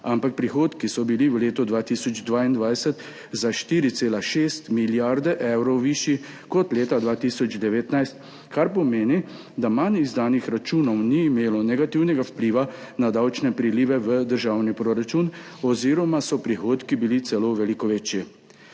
ampak prihodki so bili v letu 2022 za 4,6 milijarde evrov višji kot leta 2019, kar pomeni, da manj izdanih računov ni imelo negativnega vpliva na davčne prilive v državni proračun oziroma so bili prihodki celo veliko večji.